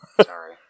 Sorry